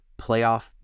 playoff